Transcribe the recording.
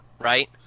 right